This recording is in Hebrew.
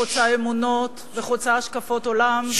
חוצה אמונות וחוצה השקפות עולם,